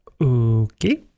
Okay